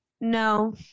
No